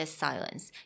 silence